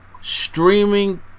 streaming